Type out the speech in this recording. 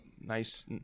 Nice